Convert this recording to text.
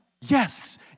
Yes